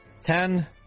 Ten